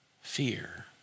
fear